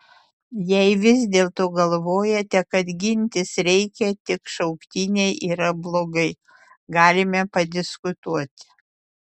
jei vis dėlto galvojate kad gintis reikia tik šauktiniai yra blogai galime padiskutuoti